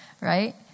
right